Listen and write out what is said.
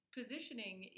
positioning